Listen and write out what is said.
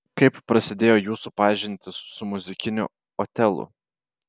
kaip prasidėjo jūsų pažintis su muzikiniu otelu